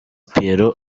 pierrot